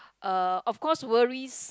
uh of course worries